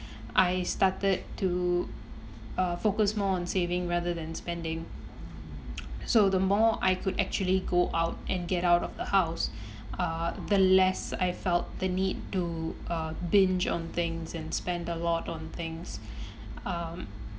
I started to uh focus more on saving rather than spending so the more I could actually go out and get out of the house uh the less I felt the need to uh binge on things and spend a lot on things um